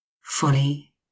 fully